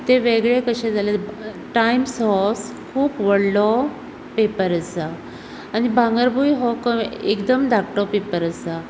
तें वेगळें कशें जालें टायम्स हो खुब व्हडलो पेपर आसा आनी भांगरभुंय हो एकदम धाकटो पेपर आसा